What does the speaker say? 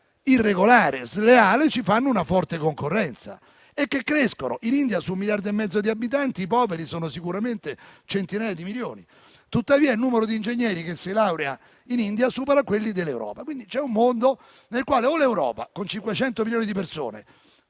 irregolare o sleale, ci fanno una forte concorrenza e che crescono. In India, su un miliardo e mezzo di abitanti, i poveri sono sicuramente centinaia di milioni; tuttavia, il numero di ingegneri che si laurea in India supera quello dell'Europa. C'è quindi un mondo nel quale o l'Europa, con 500 milioni di persone,